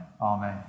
Amen